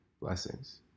Blessings